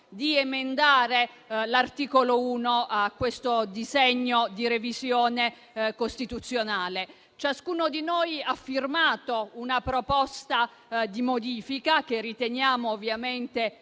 di emendare l'articolo 1 di questo disegno di legge di revisione costituzionale. Ciascuno di noi ha firmato una proposta di modifica, che riteniamo ovviamente